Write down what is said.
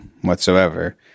whatsoever